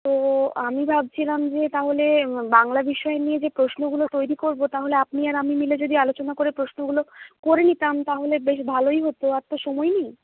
তো আমি ভাবছিলাম যে তাহলে বাংলা বিষয় নিয়ে যে প্রশ্নগুলো তৈরি করবো তাহলে আপনি আর আমি মিলে যদি আলোচনা করে প্রশ্নগুলো করে নিতাম তাহলে বেশ ভালোই হত আর তো সময় নেই